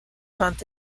month